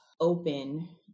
open